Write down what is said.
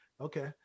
Okay